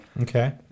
Okay